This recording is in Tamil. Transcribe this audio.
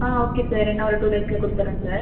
ஆ ஓகே சார் இன்னும் ஒரு டூ டேஸ்ஸில் கொடுத்துட்றேன் சார்